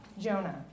Jonah